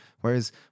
Whereas